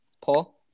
Paul